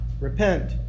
Repent